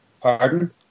pardon